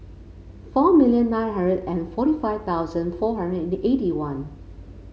four million nine hundred and forty five thousand four hundred and eighty one